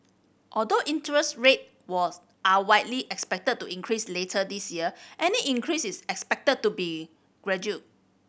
although interest rate was are widely expected to increase later this year any increase is expected to be gradual